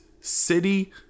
city